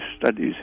studies